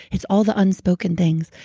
it's all the unspoken things,